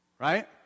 Right